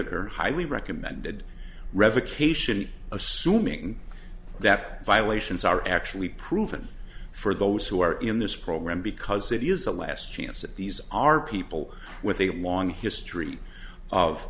whittaker highly recommended revocation assuming that violations are actually proven for those who are in this program because it is a last chance that these are people with a long history of